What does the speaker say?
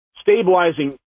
stabilizing